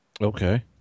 Okay